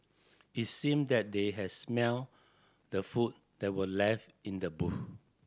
it seemed that they had smelt the food that were left in the boot